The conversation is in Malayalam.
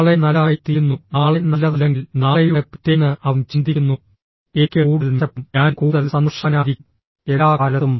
നാളെ നല്ലതായിത്തീരുന്നു നാളെ നല്ലതല്ലെങ്കിൽ നാളെയുടെ പിറ്റേന്ന് അവൻ ചിന്തിക്കുന്നു എനിക്ക് കൂടുതൽ മെച്ചപ്പെടും ഞാൻ കൂടുതൽ സന്തോഷവാനായിരിക്കും എല്ലാ കാലത്തും